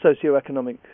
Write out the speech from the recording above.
socio-economic